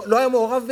לא היה מעורב בזה?